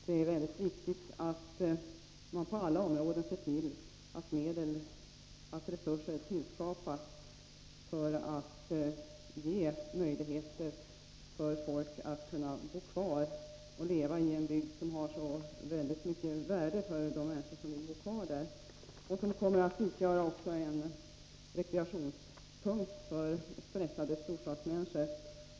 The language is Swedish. Det är mycket viktigt att man på alla områden ser till att resurser tillskapas för att bereda folk möjligheter att bo kvari en bygd som har så mycket värdefullt för dem som vill leva där. Bygden kan också utgöra ett rekreationsområde för stressade storstadsmänniskor.